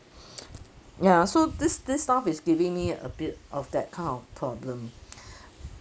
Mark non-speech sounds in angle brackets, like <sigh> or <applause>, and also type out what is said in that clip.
ya so this this staff is giving me a bit of that kind of problem <breath>